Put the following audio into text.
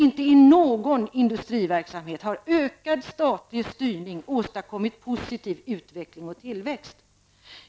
Inte i någon industriverksamhet har ökad statlig styrning åstadkommit positiv utveckling och tillväxt.